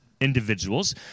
individuals